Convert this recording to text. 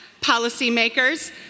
policymakers